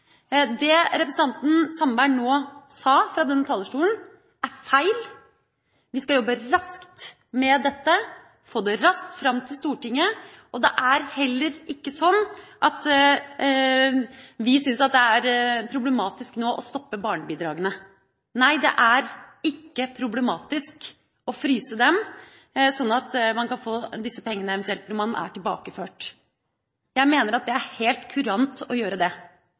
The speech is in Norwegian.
Det representanten Sandberg nå sa fra denne talerstolen, er feil. Vi skal jobbe raskt med dette, få det raskt fram for Stortinget. Det er heller ikke sånn at vi syns det er problematisk nå å stoppe barnebidragene. Nei, det er ikke problematisk å fryse dem, sånn at man kan få disse pengene når man eventuelt er tilbakeført. Jeg mener at det er helt kurant å gjøre det,